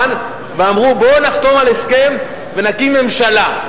ואמרו: בוא נחתום על הסכם ונקים ממשלה.